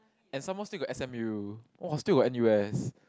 and some more still got s_m_u oh still N_U_S